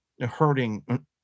hurting